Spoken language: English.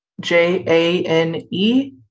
j-a-n-e